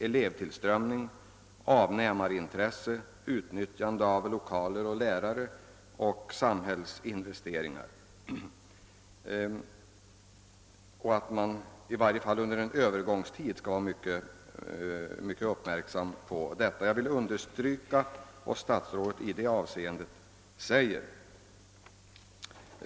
elevtillströmning, avnämarintresse, utnyttjande av lokaler, lärare och samhällsinvesteringar och särskilt under övergångstiden skall man vara mycket uppmärksam på detta. Jag vill understryka vad statsrådet sagt i det avseendet.